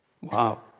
Wow